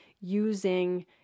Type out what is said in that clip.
using